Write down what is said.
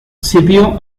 sirvió